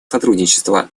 сотрудничества